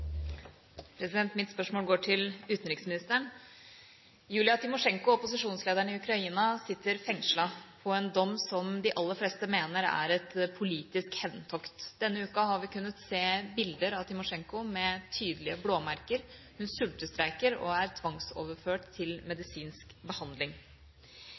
Mitt spørsmål går til utenriksministeren. Julia Timosjenko – opposisjonslederen i Ukraina – sitter fengslet på en dom som de aller fleste mener er et politisk hevntokt. Denne uken har vi kunnet se bilder av Timosjenko med tydelige blåmerker. Hun sultestreiker og er tvangsoverført til medisinsk behandling.